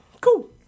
Cool